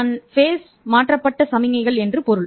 நான் கட்டம் மாற்றப்பட்ட சமிக்ஞைகள் என்று பொருள்